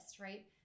right